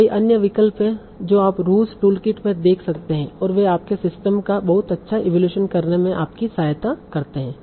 तो कई अन्य विकल्प हैं जो आप रूज टूलकिट में देख सकते हैं और वे आपके सिस्टम का बहुत अच्छा इवैल्यूएशन करने में आपकी सहायता करते हैं